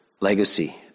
legacy